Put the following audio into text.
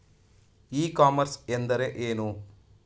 E commerce ಎಂದರೆ ಏನು?